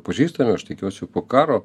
pažįstami aš tikiuosi po karo